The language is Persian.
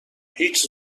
هیچ